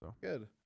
Good